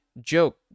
joke